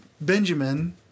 benjamin